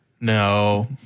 no